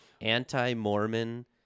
Anti-Mormon